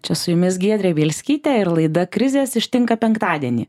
čia su jumis giedrė bielskytė ir laida krizės ištinka penktadienį